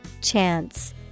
Chance